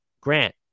Grant